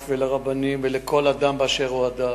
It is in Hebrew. לווקף ולרבנים ולכל אדם באשר הוא אדם,